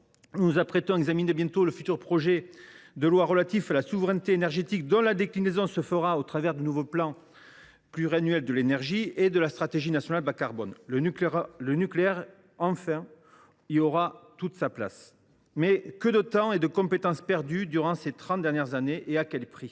juin 2023. Nous examinerons bientôt le futur projet de loi relatif à la souveraineté énergétique, dont la déclinaison se fera au travers de la nouvelle programmation pluriannuelle de l’énergie et de la stratégie nationale bas carbone. Le nucléaire y aura enfin toute sa place ! Mais que de temps et de compétences perdus durant ces trente dernières années ! Et à quel prix ?